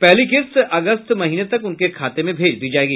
पहली किस्त अगस्त महीने तक उनके खाते में भेज दी जायेगी